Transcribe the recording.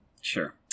Sure